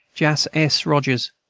jas. s. rogers,